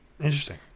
Interesting